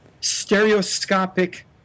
stereoscopic